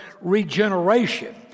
regeneration